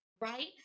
right